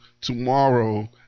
tomorrow